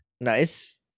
Nice